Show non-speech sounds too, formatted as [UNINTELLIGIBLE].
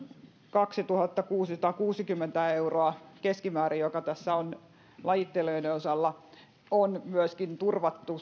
kaksituhattakuusisataakuusikymmentä euroa keskimäärin joka on lajittelijoiden osalla on myöskin turvattu [UNINTELLIGIBLE]